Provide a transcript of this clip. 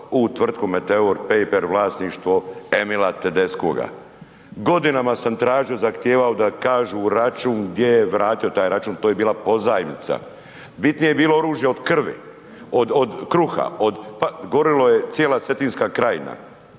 u tvrtku Meteor Paper vlasništvo Emila Tedeskoga, godinama sam tražio i zahtijevao da kažu račun, gdje je vratio taj račun, to je bila pozajmica, bitnije je bilo oružje od krvi, od, od kruha, od, pa gorilo je cijela Cetinska krajina,